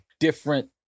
Different